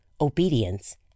obedience